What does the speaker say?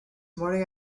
morning